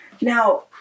Now